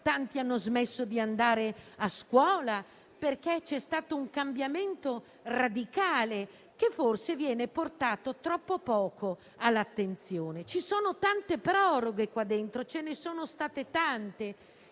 Tanti hanno smesso di andare a scuola perché c'è stato un cambiamento radicale che forse viene portato troppo poco all'attenzione. Ci sono tante proroghe nel provvedimento. Ce ne sono state tante.